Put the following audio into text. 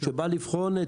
שבא לבחון,